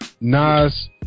Nas